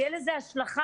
תהיה לזה השלכה